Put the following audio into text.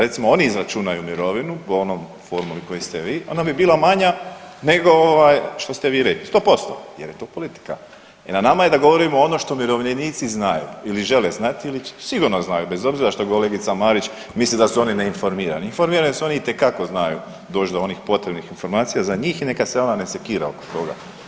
Recimo, oni izračunaju mirovinu po onom formuli koju ste vi ona bi bila manja nego ovaj što ste vi rekli, 100% jer je to politika i nama je da govorimo ono što umirovljenici znaju ili žele znati ili sigurno znaju, bez obzira što kolegica Marić misli da su oni neinformirani, formirani su oni, itekako znaju doći do onih potrebnih informacija za njih i neka se ona ne sekira oko toga.